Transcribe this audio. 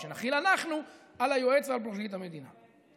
או שנחיל אנחנו על היועץ ועל פרקליט המדינה.